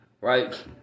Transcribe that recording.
Right